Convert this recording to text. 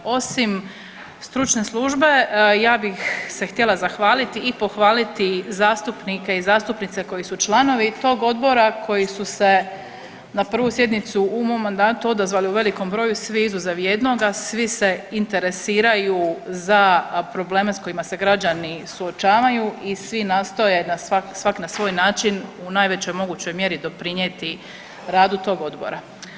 Osim stručne službe ja bih se htjela zahvaliti i pohvaliti zastupnike i zastupnice koji su članovi tog odbora koji su se na prvu sjednicu u mom mandatu odazvali u velikom broju, svi izuzev jednoga, svi se interesiraju za probleme s kojima se građani suočavaju i svi nastoje svak na svoj način u najvećoj mogućoj mjeri doprinijeti radu tog odbora.